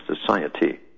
society